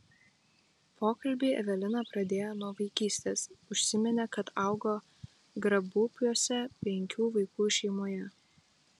pokalbį evelina pradėjo nuo vaikystės užsiminė kad augo grabupiuose penkių vaikų šeimoje